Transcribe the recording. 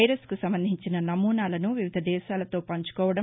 వైరస్కు సంబంధించిన నమూనాలను వివిధ దేశాలతో పంచుకోవడం